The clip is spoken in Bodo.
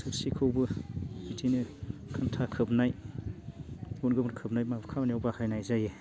थोरसिखौबो बिदिनो खान्था खोबनाय गुबुन गुबुन खोबनाय माबा खामानियाव बाहायनाय जायो